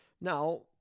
now